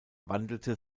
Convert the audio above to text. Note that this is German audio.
wandelte